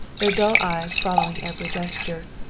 their dull eyes following every gesture.